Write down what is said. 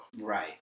right